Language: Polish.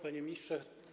Panie Ministrze!